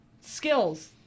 skills